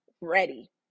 ready